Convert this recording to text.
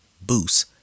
boost